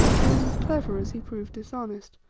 who was as clever as he proved dishonest,